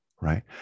right